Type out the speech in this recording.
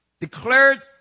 Declared